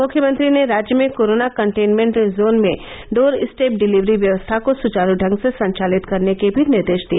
मुख्यमंत्री ने राज्य में कोरोना कन्टेनमेंट जोन में डोर स्टेप डिलीवरी व्यवस्था को सचारू ढंग से संचालित करने के भी निर्देश दिए